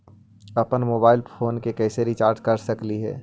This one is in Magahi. अप्पन मोबाईल फोन के कैसे रिचार्ज कर सकली हे?